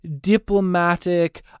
diplomatic